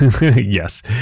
Yes